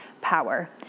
power